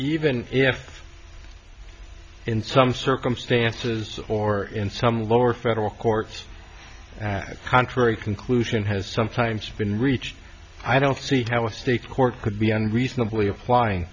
even if in some circumstances or in some lower federal courts contrary conclusion has sometimes been reached i don't see how a state court could be unreasonably applying